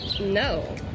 No